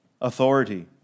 authority